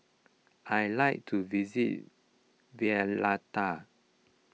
I like to visit Valletta